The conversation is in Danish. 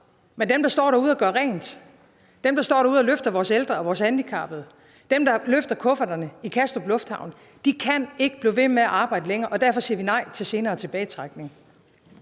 Men dem, der står derude og gør rent; dem, der står derude og løfter vores ældre og vores handicappede; og dem, der løfter kufferterne i Kastrup Lufthavn, kan ikke blive ved med at arbejde længere, og derfor siger vi nej til senere tilbagetrækning.